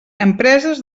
empreses